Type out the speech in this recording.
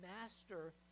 master